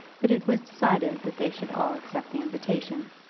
but it was decided that they should all accept the invitation.